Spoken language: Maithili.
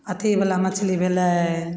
अथीवला मछली भेलय